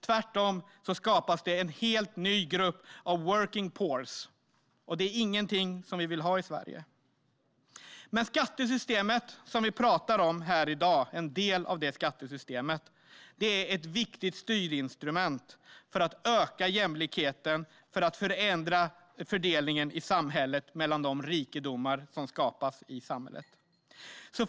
Tvärtom skapas det på detta sätt en helt ny grupp av working poors, och det är ingenting som vi vill ha i Sverige. Det skattesystem som vi talar om här i dag är ett viktigt styrinstrument för att öka jämlikheten och för att förändra fördelningen av de rikedomar som skapas i samhället.